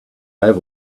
over